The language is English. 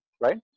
right